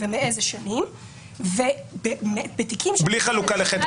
ומאילו שנים --- בלי חלוקה לחטא,